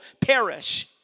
perish